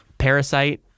Parasite